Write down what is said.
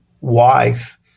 wife